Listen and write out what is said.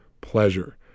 Pleasure